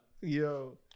yo